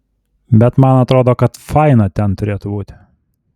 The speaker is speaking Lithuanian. bet man atrodo kad faina ten turėtų būti